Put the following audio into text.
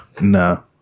No